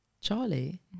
Charlie